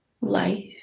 life